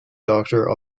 doctor